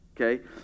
Okay